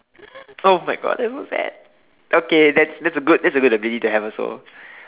oh my God that were bad okay that's that's a good that's a good ability to have also